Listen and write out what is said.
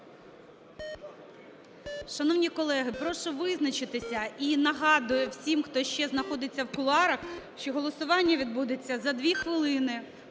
Шановні колеги, прошу визначитися. І нагадую всім, хто ще знаходиться в кулуарах, що голосування відбудеться за 2 хвилини